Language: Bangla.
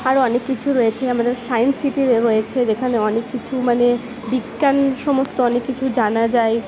আরও অনেক কিছু রয়েছে আমাদের সাইন্স সিটি রয়েছে যেখানে অনেক কিছু মানে বিজ্ঞান সমস্ত অনেক কিছু জানা যায়